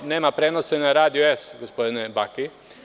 Nema prenosa ni na Radiju „S“, gospodine Baki.